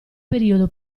periodo